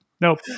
Nope